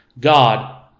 God